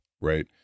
Right